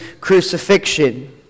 crucifixion